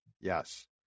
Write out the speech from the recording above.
Yes